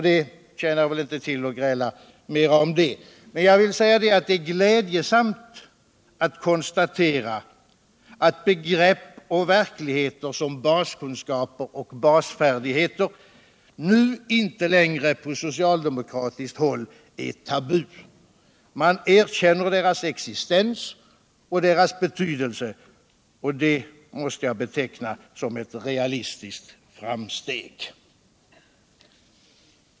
Det tjänar väl inte något till att gräla mer om det. Men det är glädjesamt att konstatera, att begrepp och verkligheter som baskunskaper och basfärdigheter nu inte längre på socialdemokratiskt håll är tabu. Man erkänner deras existens och deras betydelse. och det måste jag beteckna som ett realistiskt framsteg.